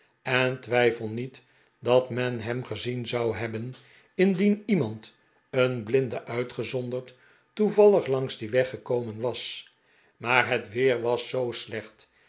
en twijfel niet dat men hem gezien zou hebben indieri iemand een blinde uitgezonderd toevallig langs dien weg gekomen was maar het weer was zoo slecht